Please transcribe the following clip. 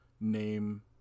name